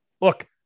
look